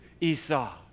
Esau